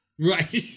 Right